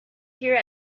here